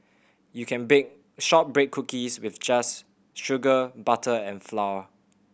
you can bake shortbread cookies with just sugar butter and flour